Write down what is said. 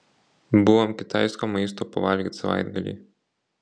buvom kitaisko maisto pavalgyt savaitgalį